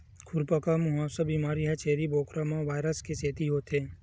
खुरपका मुंहपका बेमारी ह छेरी बोकरा म वायरस के सेती होथे